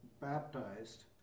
baptized